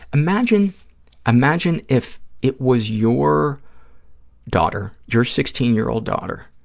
imagine imagine if it was your daughter, your sixteen year old daughter,